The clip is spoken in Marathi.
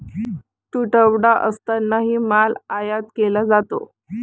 तुटवडा असतानाही माल आयात केला जातो